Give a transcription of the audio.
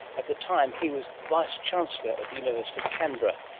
at the time he was vice chancellor at the university of canberra,